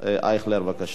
בבקשה, אדוני.